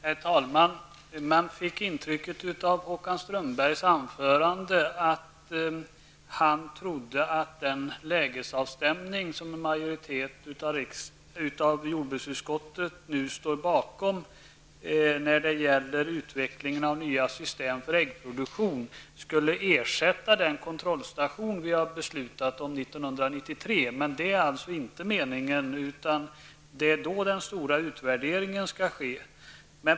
Herr talman! Av Håkan Strömbergs anförande fick man ett intryck av att han trodde att den lägesavstämning som en majoritet i jordbruksutskottet nu står bakom -- när det gäller utvecklingen av nya system för äggproduktion -- skulle ersätta den kontrollstation som vi har beslutat om för 1993. Det är alltså inte meningen, utan det är då den stora utvärderingen skall ske.